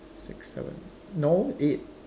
six seven eight no eight